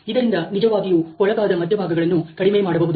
ಇದರಿಂದ ನಿಜವಾಗಿಯೂ ಕೊಳಕಾದ ಮಧ್ಯಭಾಗಗಳನ್ನು ಕಡಿಮೆ ಮಾಡಬಹುದು